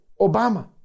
Obama